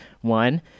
one